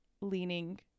leaning